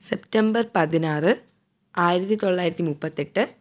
September പതിനാറ് ആയിരത്തിത്തൊള്ളായിരത്തി മുപ്പത്തെട്ട്